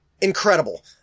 incredible